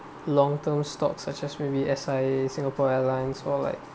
long term stocks such as maybe S_I_A singapore airlines or like